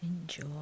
enjoy